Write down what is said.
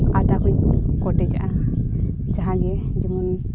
ᱟᱫᱟᱠᱚᱧ ᱠᱚᱴᱮᱡᱟᱜᱼᱟ ᱡᱟᱦᱟᱸᱜᱮ ᱡᱮᱢᱚᱱ